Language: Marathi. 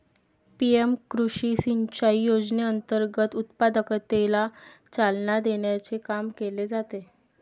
पी.एम कृषी सिंचाई योजनेअंतर्गत उत्पादकतेला चालना देण्याचे काम केले जाते